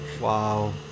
Wow